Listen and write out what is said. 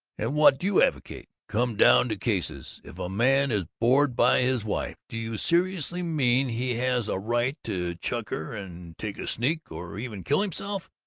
and what do you advocate? come down to cases! if a man is bored by his wife, do you seriously mean he has a right to chuck her and take a sneak, or even kill himself?